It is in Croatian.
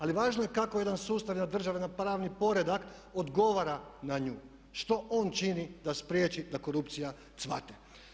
Ali važno je kako jedan sustav, jedna država, jedan pravni poredak odgovara na nju, što on čini da spriječi da korupcija cvate.